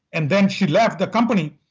and then she left the company.